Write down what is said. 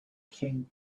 king